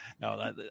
no